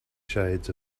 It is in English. shades